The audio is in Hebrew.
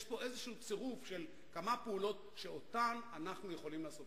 יש פה איזה צירוף של כמה פעולות שאנחנו יכולים לעשות.